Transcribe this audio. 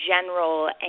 general